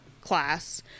class